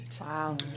Wow